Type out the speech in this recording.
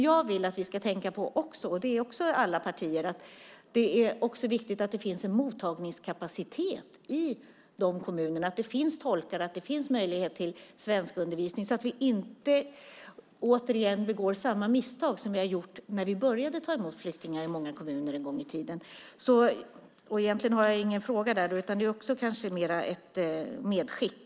Jag vill att vi i alla partier ska tänka på att det också är viktigt att det finns en mottagningskapacitet i kommunerna. Det ska finnas tolkar och möjlighet till svenskundervisning så att vi inte återigen begår samma misstag som vi gjorde när vi började ta emot flyktingar i många kommuner en gång i tiden. Jag har egentligen ingen fråga. Det är mer ett medskick.